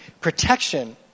protection